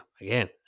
again